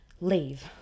leave